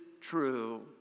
true